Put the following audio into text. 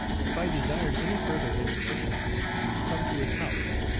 if i desired any further information to come to his house,